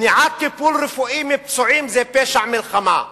מניעת טיפול רפואי מפצועים זה פשע מלחמה,